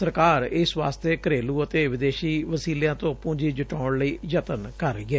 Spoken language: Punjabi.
ਸਰਕਾਰ ਇਸ ਵਾਸਤੇ ਘਰੇਲੁ ਅਤੇ ਵਿਦੇਸ਼ੀ ਵਸੀਲਿਆਂ ਤੇ ਪੂੰਜੀ ਜੁਟਾਉਣ ਲਈ ਜਤਨ ਕਰ ਰਹੀ ਏ